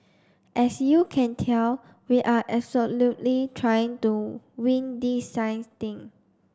as you can tell we are absolutely trying to wing this science thing